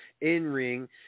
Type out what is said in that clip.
in-ring